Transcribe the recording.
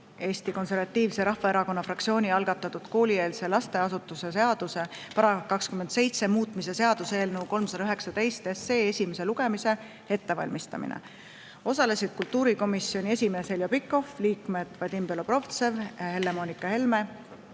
Eesti Konservatiivse Rahvaerakonna fraktsiooni algatatud koolieelse lasteasutuse seaduse § 27 muutmise seaduse eelnõu 319 esimese lugemise ettevalmistamine. Osalesid kultuurikomisjoni esimees Heljo Pikhof, liikmed Vadim Belobrovtsev, Helle-Moonika Helme,